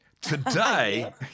Today